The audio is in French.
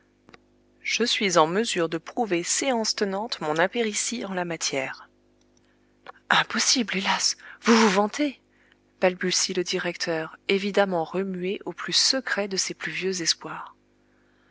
je suis en mesure de prouver séance tenante mon impéritie en la matière impossible hélas vous vous vantez balbutie le directeur évidemment remué au plus secret de ses plus vieux espoirs